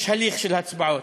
יש הליך של הצבעות.